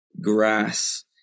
grass